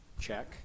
Check